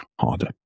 harder